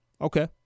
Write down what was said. Okay